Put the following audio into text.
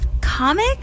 Comic